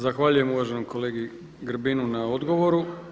Zahvaljujem uvaženom kolegi Grbinu na odgovoru.